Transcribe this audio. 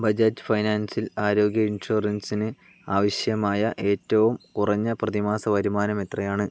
ബജാജ് ഫൈനാൻസിൽ ആരോഗ്യ ഇൻഷുറൻസിന് ആവശ്യമായ ഏറ്റവും കുറഞ്ഞ പ്രതിമാസ വരുമാനം എത്രയാണ്